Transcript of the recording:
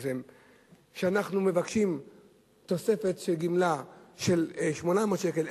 אנחנו מבקשים תוספת גמלה של 800 שקל,